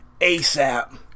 ASAP